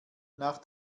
nach